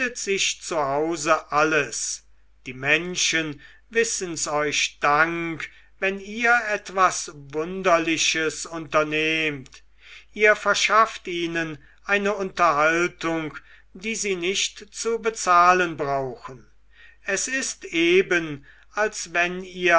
sich zu hause alles die menschen wissen's euch dank wenn ihr etwas wunderliches unternehmt ihr verschafft ihnen eine unterhaltung die sie nicht zu bezahlen brauchen es ist eben als wenn ihr